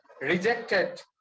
rejected